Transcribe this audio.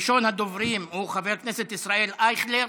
ראשון הדוברים הוא חבר הכנסת ישראל אייכלר.